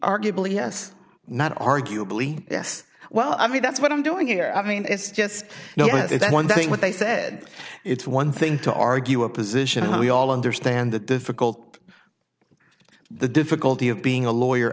arguably yes not arguably yes well i mean that's what i'm doing here i mean it's just you know it's one thing what they said it's one thing to argue a position and we all understand the difficult the difficulty of being a lawyer